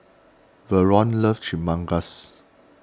Vernon loves Chimichangas